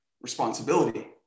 responsibility